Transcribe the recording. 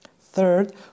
Third